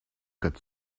got